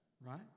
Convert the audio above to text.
right